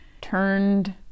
turned